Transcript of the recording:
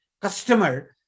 customer